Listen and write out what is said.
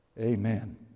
Amen